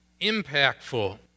impactful